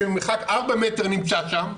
שבמרחק ארבעה מטר נמצא שם,